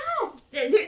Yes